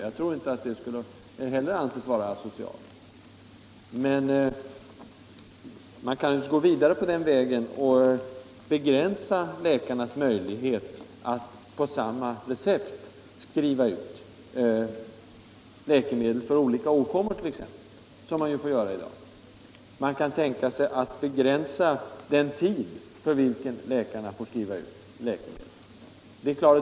Jag tror inte att detta skulle kunna anses vara asocialt. Man kan naturligtvis gå vidare på den vägen och begränsa läkarnas möjligheter att på samma recept skriva ut läkemedel för olika åkommor, vilket de får göra i dag. Man kan tänka sig att begränsa den tid för vilken läkarna får skriva ut läkemedel.